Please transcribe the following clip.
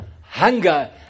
Hunger